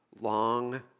Long